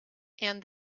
and